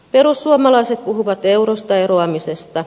perussuomalaiset puhuvat eurosta eroamisesta